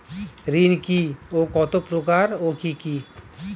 ঋণ কি ও কত প্রকার ও কি কি?